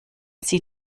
sie